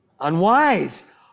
unwise